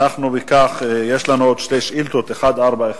אם כך, יש לנו עוד שתי שאילתות: 1413,